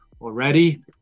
already